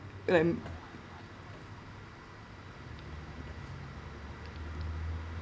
like